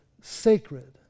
sacred